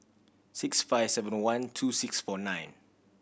six five seven one two six four nine